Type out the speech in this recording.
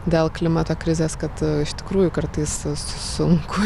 dėl klimato krizės kad iš tikrųjų kartais sunku